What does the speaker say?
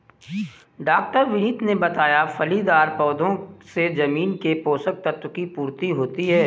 डॉ विनीत ने बताया फलीदार पौधों से जमीन के पोशक तत्व की पूर्ति होती है